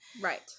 right